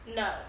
no